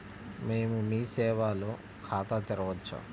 మేము మీ సేవలో ఖాతా తెరవవచ్చా?